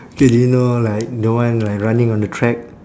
K do you know like the one like running on the track